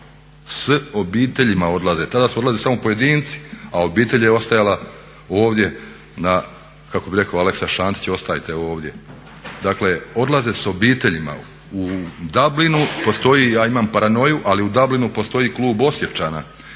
S obiteljima odlaze, tada su odlazili samo pojedinci a obitelj je ostajala ovdje na kako bi rekao Aleksa Šantić, ostajte ovdje. Dakle odlaze sa obiteljima. U Dublinu postoji, ja imam paranoju, ali u Dublinu postoji klub Osječana